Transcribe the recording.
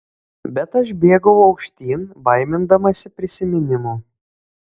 bet aš bėgau aukštyn baimindamasi prisiminimų